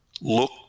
look